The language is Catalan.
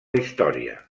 història